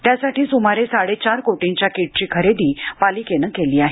त्यासाठी सुमारे साडेचार कोटींच्या किटची खरेदी पालिकेनं केली आहे